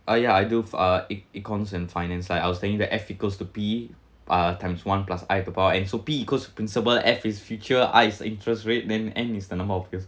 uh yeah I do uh e~ econs and finance like I'll saying that F equals to P uh times one plus I to power of N so P equals to principal F is future I is interest rate then N is the number of years